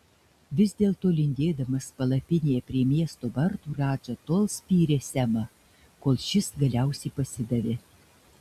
vis dėlto lindėdamas palapinėje prie miesto vartų radža tol spyrė semą kol šis galiausiai pasidavė